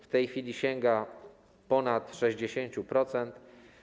W tej chwili sięga on ponad 60%.